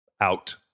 Out